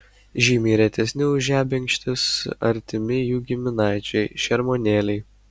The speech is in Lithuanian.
žymiai retesni už žebenkštis artimi jų giminaičiai šermuonėliai